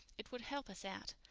it would help us out,